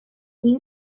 این